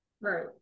Right